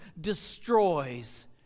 destroys